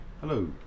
Hello